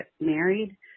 married